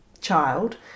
child